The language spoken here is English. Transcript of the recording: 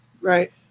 Right